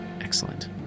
Excellent